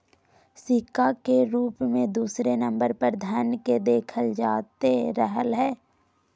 सिक्का के रूप मे दूसरे नम्बर पर धन के देखल जाते रहलय हें